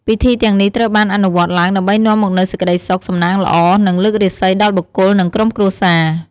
ពិធីទាំងនេះត្រូវបានអនុវត្តឡើងដើម្បីនាំមកនូវសេចក្ដីសុខ សំណាងល្អ និងលើករាសីដល់បុគ្គលនិងក្រុមគ្រួសារ។